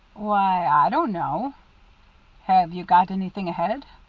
why i don't know have you got anything ahead?